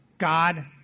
God